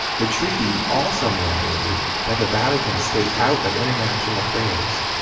the treaty also mandated that the vatican stay out of international affairs,